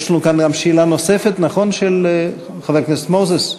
יש לנו כאן גם שאלה נוספת של חבר הכנסת מוזס.